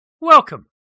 Welcome